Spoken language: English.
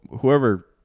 whoever